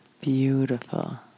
Beautiful